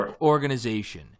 organization